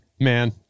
man